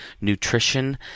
nutrition